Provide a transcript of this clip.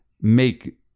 make